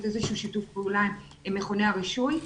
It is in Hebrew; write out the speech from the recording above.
איזשהו שיתוף פעולה עם מכוני הרישוי.